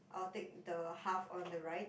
I'll take the half on the right